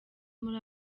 muri